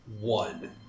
One